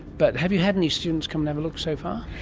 but have you had any students come and have a look so far?